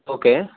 okay